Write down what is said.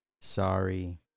Sorry